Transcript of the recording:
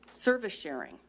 service sharing.